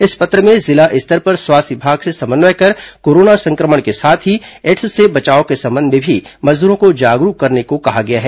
इस पत्र में जिला स्तर पर स्वास्थ्य विभाग से समन्वय कर कोरोना सं क्र मण के साथ एड्स से बचाव के बारे में भी मजदूरों को जागरूक किया जाएगा